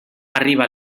arriba